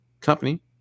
company